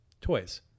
toys